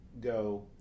go